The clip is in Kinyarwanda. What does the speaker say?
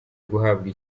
guhabwa